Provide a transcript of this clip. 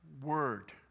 word